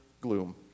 gloom